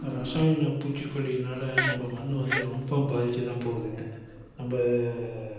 ரசாயன பூச்சிக்கொல்லியினால் நம்ம மண் வந்து ரொம்பவும் பாதிச்சு தான் போகுதுங்க நம்ம